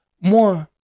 more